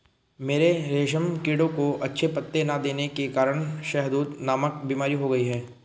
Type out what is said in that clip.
मेरे रेशम कीड़ों को अच्छे पत्ते ना देने के कारण शहदूत नामक बीमारी हो गई है